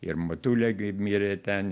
ir motulė mirė ten